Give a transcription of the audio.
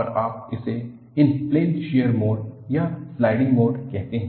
और आप इसे इन प्लेन शियर मोड या स्लाइडिंग मोड कहते हैं